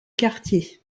quartiers